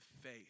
faith